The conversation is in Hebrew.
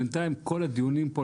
בינתיים כל הדיונים פה,